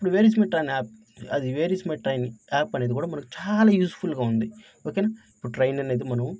ఇప్పుడు where is my train app అది where is my train app అనేది కూడా మనకు చాలా యూస్ఫుల్గా ఉంది ఓకేనా ఇప్పుడు ట్రైన్ అనేది మనం